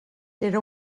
era